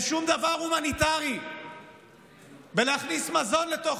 אין שום דבר הומניטרי בלהכניס מזון לתוך